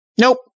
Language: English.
Nope